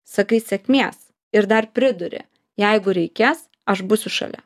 sakai sėkmės ir dar priduri jeigu reikės aš būsiu šalia